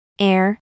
air